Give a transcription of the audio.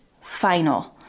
final